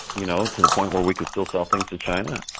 you know, to the point where we could still sell things to china.